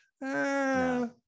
No